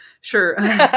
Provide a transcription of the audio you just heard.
Sure